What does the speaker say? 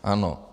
Ano.